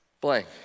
blank